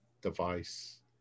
device